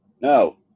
No